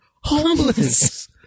homeless